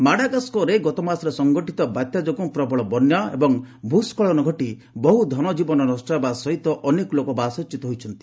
ମାଡାଗାସ୍କରରେ ଗତମାସରେ ସଂଗଠିତ ବାତ୍ୟା ଯୋଗୁଁ ପ୍ରବଳ ବନ୍ୟା ଓ ଭ୍ରସ୍କଳନ ଘଟି ବହୁ ଧନକୀବନ ନଷ୍ଟ ହେବା ସହିତ ଅନେକ ଲୋକ ବାସଚ୍ୟତ ହୋଇଛନ୍ତି